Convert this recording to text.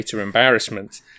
embarrassment